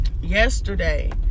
yesterday